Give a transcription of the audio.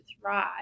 thrive